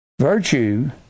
Virtue